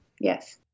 yes